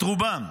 את רובם.